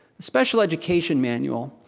special education manual.